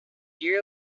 you